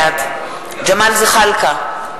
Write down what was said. בעד ג'מאל זחאלקה,